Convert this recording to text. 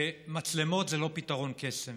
שמצלמות זה לא פתרון קסם,